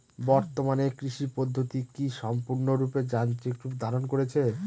বর্তমানে কৃষি পদ্ধতি কি সম্পূর্ণরূপে যান্ত্রিক রূপ ধারণ করেছে?